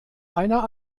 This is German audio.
einer